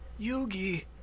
Yugi